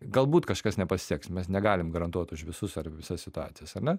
galbūt kažkas nepasiseks mes negalim garantuot už visus ar visas situacijas ar ne